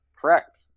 correct